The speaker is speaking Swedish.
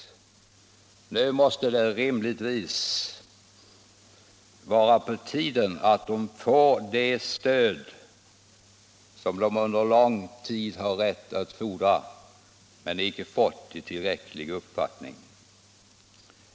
Nu måste det rimligtvis vara på tiden att de får det stöd som de under lång tid haft rätt att fordra men som de inte fått i tillräcklig omfattning.